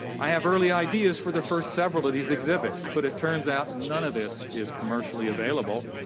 i have early ideas for the first several of these exhibits but it turns out none of this is commercially available.